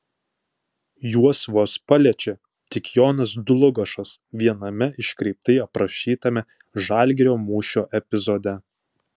juos vos paliečia tik jonas dlugošas viename iškreiptai aprašytame žalgirio mūšio epizode